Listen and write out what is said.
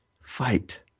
fight